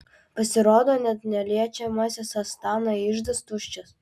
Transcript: pasirodo net neliečiamasis astana iždas tuščias